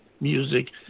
music